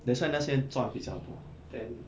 that's why 那些赚比较多对